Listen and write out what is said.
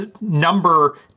number